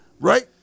right